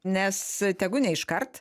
nes tegu ne iškart